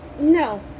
No